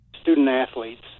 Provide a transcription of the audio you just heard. student-athletes